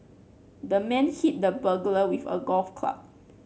the man hit the burglar with a golf club